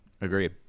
agreed